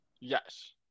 Yes